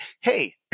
hey